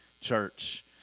church